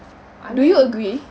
I mean